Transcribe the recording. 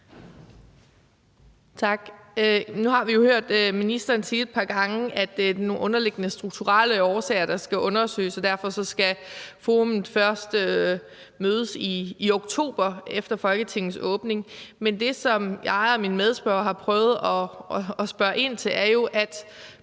Tak. Nu har vi jo hørt ministeren sige et par gange, at det er nogle underliggende strukturelle årsager, der skal undersøges, og derfor skal forummet først mødes i oktober efter Folketingets åbning. Men det, som jeg og min medspørger har prøvet at spørge ind til, er jo, at